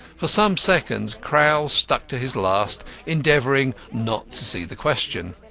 for some seconds crowl stuck to his last, endeavouring not to see the question.